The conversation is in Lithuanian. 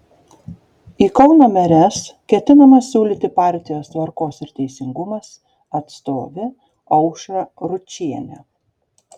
į kauno meres ketinama siūlyti partijos tvarkos ir teisingumas atstovę aušrą ručienę